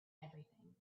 everything